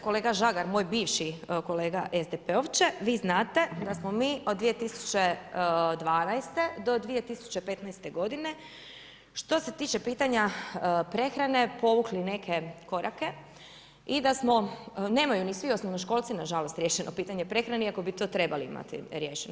Kolega Žagar, moj bivši kolega SDP-ovče, vi znate da smo mi od 2012. do 2015. godine što se tiče pitanja prehrane povukli neke korake i da smo, nemaju ni svi osnovnoškolci, na žalost riješeno pitanje prehrane iako bi to trebali imati riješeno.